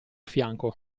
fianco